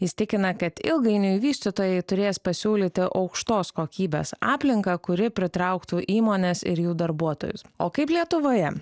jis tikina kad ilgainiui vystytojai turės pasiūlyti aukštos kokybės aplinką kuri pritrauktų įmones ir jų darbuotojus o kaip lietuvoje